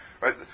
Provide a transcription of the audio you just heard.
right